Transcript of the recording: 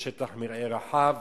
יש שטח מרעה רחב,